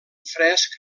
fresc